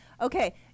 okay